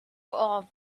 off